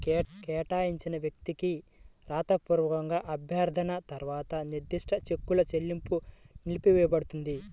కేటాయించిన వ్యక్తికి రాతపూర్వక అభ్యర్థన తర్వాత నిర్దిష్ట చెక్కుల చెల్లింపు నిలిపివేయపడుతుంది